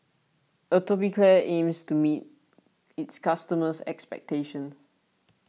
Atopiclair aims to meet its customers' expectations